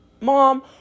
mom